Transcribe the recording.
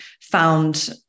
found